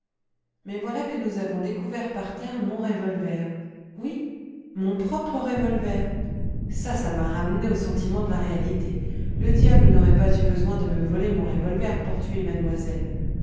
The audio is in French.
mais voilà que nous avons découvert par terre mon revolver oui mon propre revolver ça ça m'a ramené au sentiment de la réalité le diable n'aurait pas eu besoin de me voler mon revolver pour tuer mademoiselle